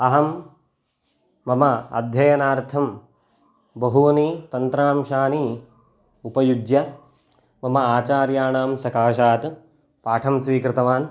अहं मम अध्ययनार्थं बहूनि तन्त्रांशानि उपयुज्य मम आचार्याणां सकाशात् पाठं स्वीकृतवान्